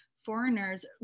foreigners